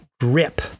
Grip